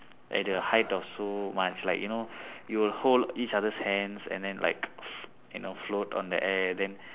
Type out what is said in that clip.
at a height of so much like you know you'll hold each others hands and then like you know float on the air then